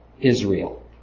Israel